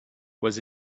was